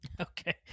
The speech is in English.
Okay